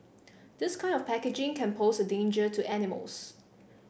this kind of packaging can pose a danger to animals